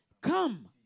Come